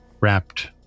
wrapped